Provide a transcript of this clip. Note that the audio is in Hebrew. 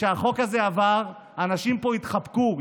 כשהחוק הזה עבר, האנשים פה התחבקו.